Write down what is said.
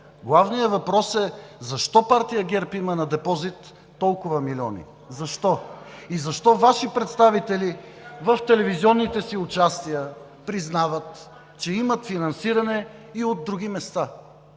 главният въпрос е защо партия ГЕРБ има на депозит толкова милиони? Защо? И защо Ваши представители в телевизионните си участия признават, че имат финансиране и от други места?